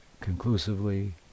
conclusively